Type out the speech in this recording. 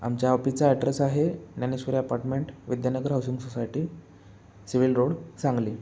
आमच्या ऑफिसचा ॲड्रेस आहे Dnyaneshwari apartment Vidyanagar housing society civil road Sangli